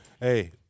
Hey